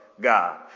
God